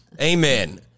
amen